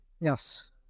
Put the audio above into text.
Yes